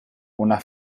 una